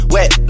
Wet